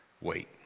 wait